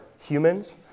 humans